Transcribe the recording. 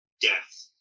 death